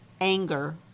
anger